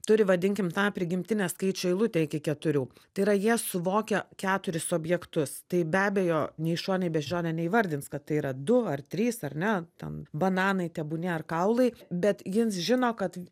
turi vadinkim tą prigimtinę skaičių eilutę iki keturių tai yra jie suvokia keturis objektus tai be abejo nei šuo nei beždžionė neįvardins kad tai yra du ar trys ar ne ten bananai tebūnie ar kaulai bet jis žino kad